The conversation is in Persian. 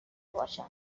باشن